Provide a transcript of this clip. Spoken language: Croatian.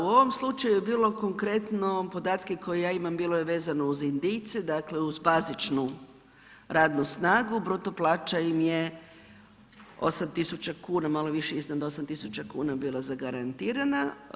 U ovoj slučaju je bilo konkretno, podatke koje ja imam bilo je vezano uz Indijce, dakle uz bazičnu radnu snagu, bruto plaća im je 8 tisuća kuna, malo više iznad 8 tisuća kuna bila zagarantirana.